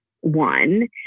one